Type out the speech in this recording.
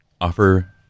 offer